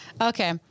Okay